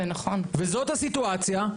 וזאת הסיטואציה.